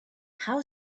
how